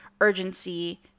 urgency